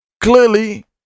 Clearly